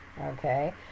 okay